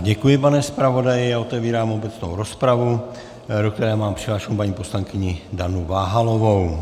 Děkuji, pane zpravodaji, a otevírám obecnou rozpravu, do které mám přihlášenou paní poslankyni Danu Váhalovou.